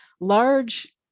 large